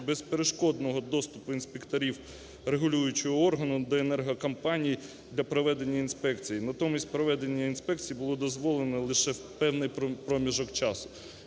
безперешкодного доступу інспекторів регулюючого органу до енергокомпаній для проведення інспекцій. Натомість проведення інспекції було дозволено лише в певний проміжок часу.